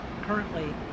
currently